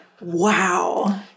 Wow